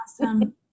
Awesome